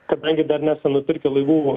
kadangi dar nesame nupirkę laivų